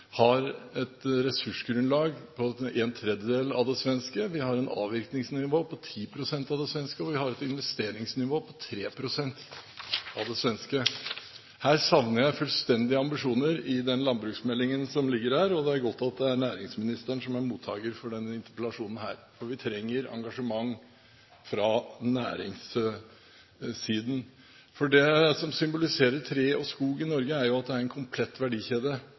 har et ressursgrunnlag på en tredjedel av det svenske, vi har et avvirkningsnivå på 10 pst. av det svenske, og vi har et investeringsnivå på 3 pst. av det svenske. Her savner jeg fullstendig ambisjoner i den landbruksmeldingen som ligger her. Det er godt at det er næringsministeren som er mottaker av denne interpellasjonen, for vi trenger engasjement fra næringssiden. Det som symboliserer tre og skog i Norge, er at det er en komplett verdikjede.